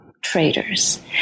traders